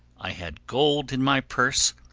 i had gold in my purse,